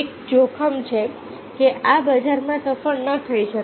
એક જોખમ છે કે આ બજારમાં સફળ ન થઈ શકે